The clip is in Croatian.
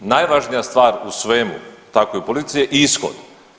Najvažnija stvar u svemu, tako i u politici je ishod.